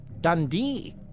Dundee